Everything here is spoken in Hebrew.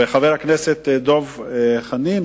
וחבר הכנסת דב חנין,